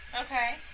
Okay